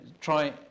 try